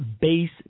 base